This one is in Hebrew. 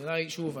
בעיניי, שוב,